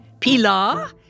Pilar